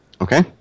Okay